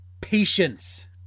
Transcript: patience